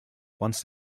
once